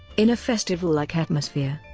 in a festival-like atmosphere,